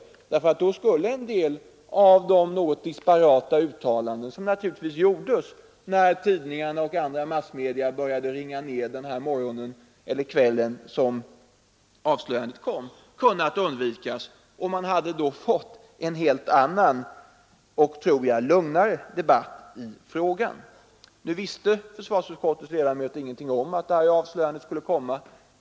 I så fall skulle en del av de något disparata uttalanden, som naturligtvis gjordes när tidningar och andra massmedia började ringa på kvällen eller på morgonen då avslöjandet kommit, ha kunnat undvikas. Vi hade då fått en helt annan och, tror jag, lugnare debatt i frågan. Nu visste försvarsutskottets ledamöter ingenting om att det här avslöjandet skulle komma.